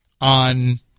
on